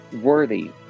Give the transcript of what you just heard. worthy